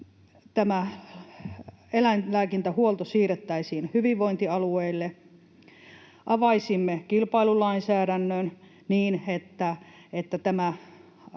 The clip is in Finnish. eläinlääkintähuolto siirrettäisiin hyvinvointialueille. Avaisimme kilpailulainsäädännön niin, että